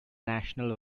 national